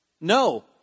No